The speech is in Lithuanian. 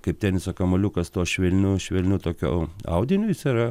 kaip teniso kamuoliukas tuo švelniu švelniu tokiu audiniu jis yra